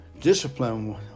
discipline